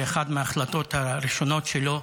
באחת מההחלטות הראשונות שלו,